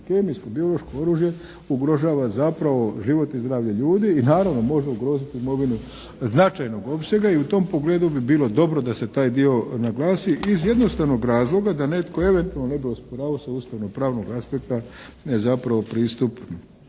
kemijsko, biološko oružje ugrožava zapravo život i zdravlje ljudi i naravno može ugroziti imovinu značajnog opsega i u tom pogledu bi bilo dobro da se taj dio naglasi iz jednostavnog razloga da netko eventualno ne bi osporavao sa ustavno-pravnog aspekta zapravo pristup